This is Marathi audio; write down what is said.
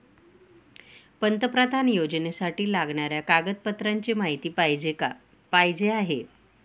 पंतप्रधान योजनेसाठी लागणाऱ्या कागदपत्रांची माहिती पाहिजे आहे